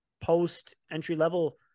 post-entry-level